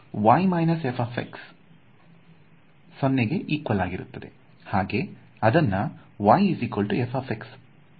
ಒಂದೊಮ್ಮೆ 0 ಎಂದಾದರೆ ಹಾಗೆ ಆಗುತ್ತದೆ